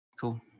Cool